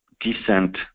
decent